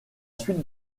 suite